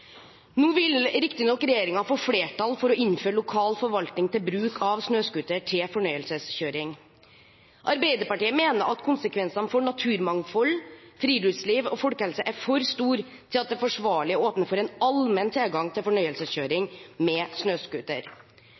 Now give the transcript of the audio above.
Nå vil regjeringen riktignok få flertall for å innføre lokal forvaltning når det gjelder bruk av snøscooter til fornøyelseskjøring. Arbeiderpartiet mener at konsekvensene for naturmangfold, friluftsliv og folkehelse er for store til at det er forsvarlig å åpne for en allmenn tilgang til fornøyelseskjøring med snøscooter.